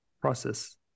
process